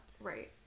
Right